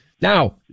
Now